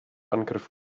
angriff